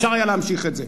אפשר היה להמשיך את זה.